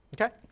Okay